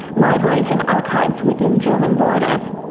libraries and archives within german borders.